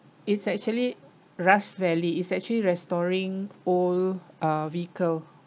it's actually rust valley it's actually restoring old uh vehicle